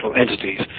entities